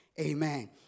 Amen